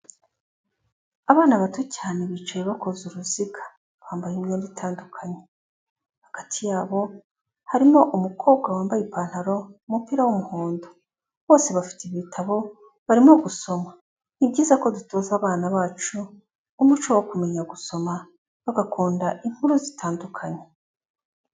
Abana bato cyane bicaye bakozeza uruziga, bambaye imyenda itandukanye, hagati yabo harimo umukobwa wambaye ipantaro, umupira w'umuhondo, bose bafite ibitabo, barimo gusoma, ni byiza ko dutoza abana bacu umuco wo kumenya gusoma, bagakunda inkuru zitandukanye.